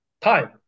time